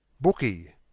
Bookie